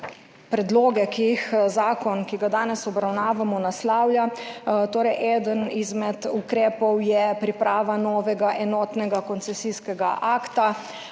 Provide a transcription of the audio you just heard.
predloge, ki jih zakon, ki ga danes obravnavamo, naslavlja. Torej, eden izmed ukrepov je priprava novega enotnega koncesijskega akta.